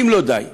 ואם לא די בזה,